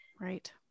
right